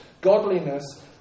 Godliness